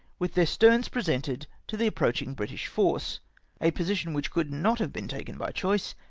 with theh sterns pre sented to the approaching british force a position which could not have been taken by choice,